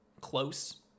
close